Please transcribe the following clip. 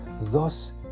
Thus